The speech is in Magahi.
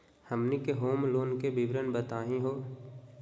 हमनी के होम लोन के विवरण बताही हो?